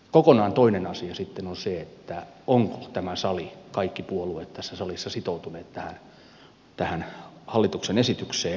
kokonaan toinen asia sitten on se onko tämä sali sitoutunut ovatko kaikki puolueet tässä salissa sitoutuneet tähän hallituksen esitykseen